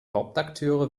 hauptakteure